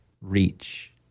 reach